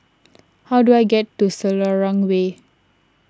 how do I get to Selarang Way